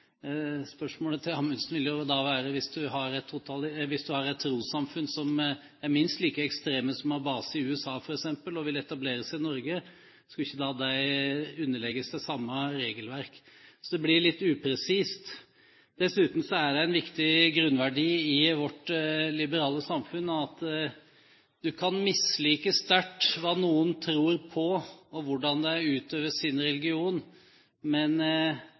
Spørsmålet til Amundsen vil da være: Hvis en har et trossamfunn som er minst like ekstremt, som har base i USA, f.eks., og vil etablere seg i Norge, skulle ikke det da underlegges det samme regelverk? Så det blir litt upresist. Dessuten er det en viktig grunnverdi i vårt liberale samfunn at en kan mislike sterkt hva noen tror på, og hvordan de utøver sin religion, men